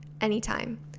anytime